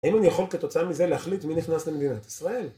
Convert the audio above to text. האם אני יכול כתוצאה מזה להחליט מי נכנס למדינת ישראל?